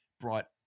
brought